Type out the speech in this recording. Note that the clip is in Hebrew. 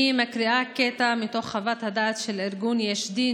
אני מקריאה קטע מתוך חוות הדעת של ארגון יש דין